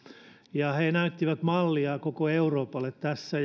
ja he näyttivät mallia koko euroopalle tässä